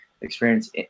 experience